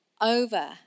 over